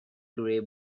grey